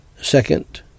Second